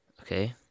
Okay